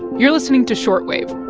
you're listening to short wave